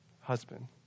husband